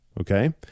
Okay